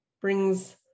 brings